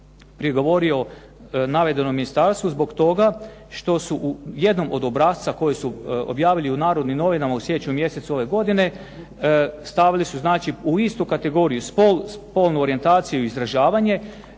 prigovorio navedenom ministarstvu zbog toga što su u jednom od obrasca koji su objavili u Narodnim novinama u siječnju mjesecu ove godine stavili su znači u istu kategoriju spol, spolnu orijentaciju i izražavanje.